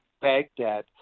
Baghdad